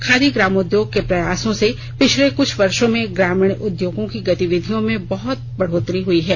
खादीग्रामोद्योग के प्रयासों से पिछले कुछ वर्षो में ग्रामीण उद्योगों की गतिविधियों में बहुत बढोत्तरी हुई है